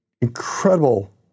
incredible